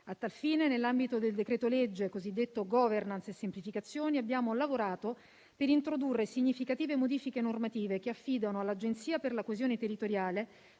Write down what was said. A tal fine, nell'ambito del decreto-legge cosiddetto *governance* e semplificazioni abbiamo lavorato per introdurre significative modifiche normative che affidano all'Agenzia per la coesione territoriale